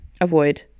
Avoid